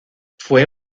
fue